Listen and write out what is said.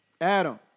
Adam